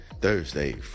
Thursday